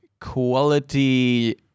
quality